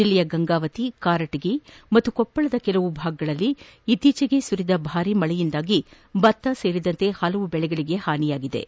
ಜಿಲ್ಲೆಯ ಗಂಗಾವತಿ ಕಾರಟಗಿ ಮತ್ತು ಕೊಪ್ಪಳದ ಕೆಲವು ಭಾಗಗಳಲ್ಲಿ ಇತ್ತೀಚೆಗೆ ಸುರಿದ ಭಾರಿ ಮಳೆಯಿಂದಾಗಿ ಭತ್ತ ಸೇರಿದಂತೆ ಹಲವು ಬೆಳೆಗಳಿಗೆ ಹಾನಿಯಾಗಿದ್ದು